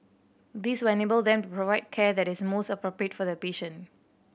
this will enable them to provide care that is most appropriate for the patient